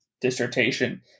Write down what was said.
dissertation